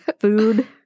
food